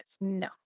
No